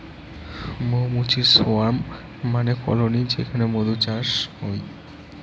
মৌ মুচির সোয়ার্ম মানে কলোনি যেখানে মধুর চাষ হই